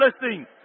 blessing